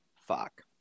Fuck